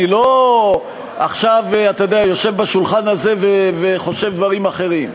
אני לא יושב עכשיו בשולחן הזה וחושב דברים אחרים.